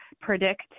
predict